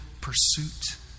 pursuit